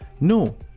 no